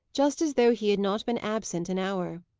just as though he had not been absent an hour.